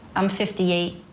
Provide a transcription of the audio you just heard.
i'm fifty eight.